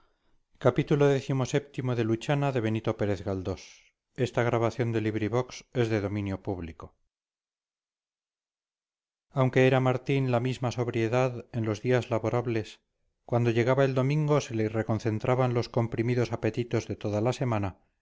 ahogarse aunque era martín la misma sobriedad en los días laborables cuando llegaba el domingo se le reconcentraban los comprimidos apetitos de toda la semana